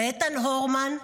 לאיתן הורן,